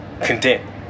content